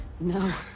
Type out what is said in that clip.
No